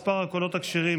מספר הקולות הכשרים,